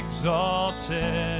Exalted